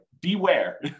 beware